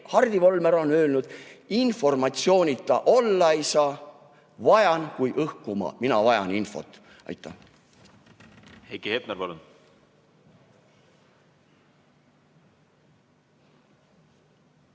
Hardi Volmer on öelnud: informatsioonita olla ei saa, vajan kui õhku ma. Mina vajan infot. Aitäh! Heiki Hepner,